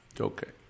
Okay